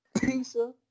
Pizza